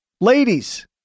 Ladies